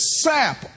sap